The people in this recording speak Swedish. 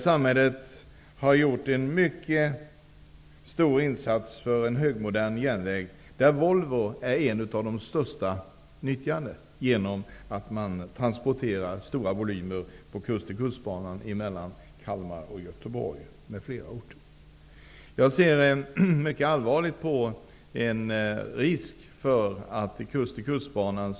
Samhället har gjort en mycket stor insats för att skapa en högmodern järnväg, och Volvo är en av de största nyttjarna genom att stora volymer transporteras på Kust-till-kust-banan mellan Jag ser mycket allvarligt på den risk som finns vad gäller den framtida finansieringen av Kust-till-kustbanan.